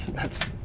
that's.